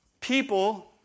people